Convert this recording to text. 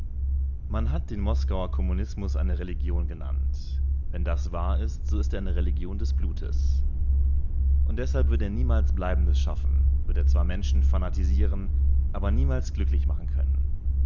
man hat den moskauer kommunismus eine religion genannt wenn das wahr ist so ist er eine religion des blutes und deshalb wird er niemals bleibendes schaffen wird er zwar menschen fanatisieren aber niemals glücklich machen können